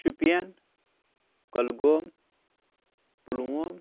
Shopian Kulgam Pulwama